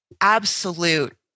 absolute